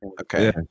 Okay